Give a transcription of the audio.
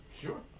Sure